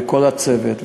וכל הצוות,